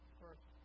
first